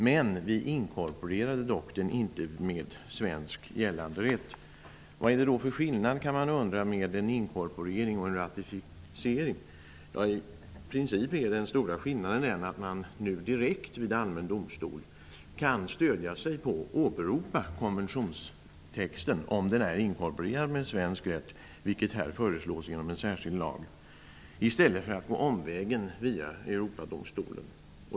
Dock inkorporerades den inte med svensk gällande rätt. Man kan undra vad det är för skillnad mellan en inkorporering och en ratificering. I princip är den stora skillnaden den, att man direkt vid allmän domstol kan stödja sig på och åberopa konventionstexten om den är inkorporerad med svensk rätt, vilket föreslås ske genom en särskild lag, i stället för att gå omvägen via Europadomstolen.